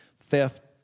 theft